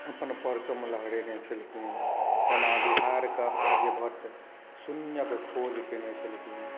अपन परचम लहरेने छलखिन जेना बिहार के आर्यभट्ट शून्यक खोज केयने छलखिन